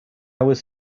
was